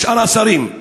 ושאר השרים?